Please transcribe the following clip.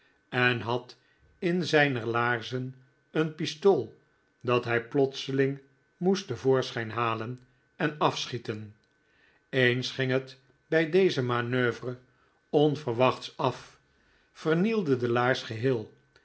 en had in een zijner laarzen een pistool dat hij plotseling moest te voorschijn halen en afschieten eens ging het bij deze manoeuvre onverwachts af vernielde de laars geheel